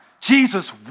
Jesus